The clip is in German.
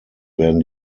werden